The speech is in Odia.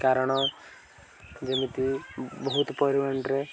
କାରଣ ଯେମିତି ବହୁତ ପରିମାଣରେ